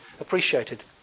appreciated